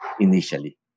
initially